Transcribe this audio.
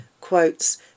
quotes